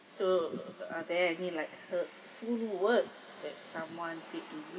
so are there any like hurtful words that someone said to you